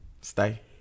Stay